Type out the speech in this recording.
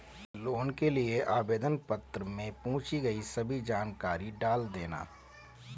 loan के लिए आवेदन पत्र में पूछी गई सभी जानकारी डाल देना